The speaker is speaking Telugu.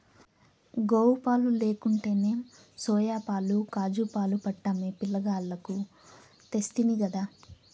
గోవుపాలు లేకుంటేనేం సోయాపాలు కాజూపాలు పట్టమ్మి పిలగాల్లకు తెస్తినిగదా